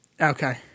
Okay